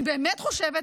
אני באמת חושבת,